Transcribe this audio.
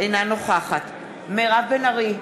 אינה נוכחת מירב בן ארי,